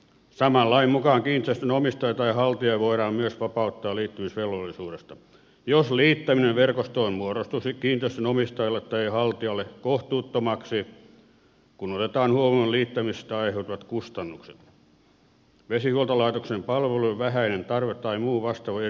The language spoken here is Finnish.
saman lain mukaan kiinteistön omistaja tai haltija voidaan myös vapauttaa liittymisvelvollisuudesta jos liittäminen verkostoon muodostuisi kiinteistön omistajalle tai haltijalle kohtuuttomaksi kun otetaan huomioon liittämisestä aiheutuvat kustannukset vesihuoltolaitoksen palvelujen vähäinen tarve tai muu vastaava erityinen syy